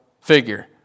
figure